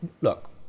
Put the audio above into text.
look